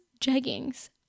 jeggings